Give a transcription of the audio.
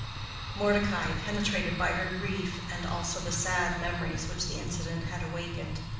mordecai, penetrated by her grief, and also the sad memories which the incident had awakened,